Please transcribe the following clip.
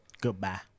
Goodbye